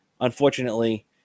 unfortunately